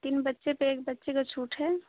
तीन बच्चे पर एक बच्चे को छूट है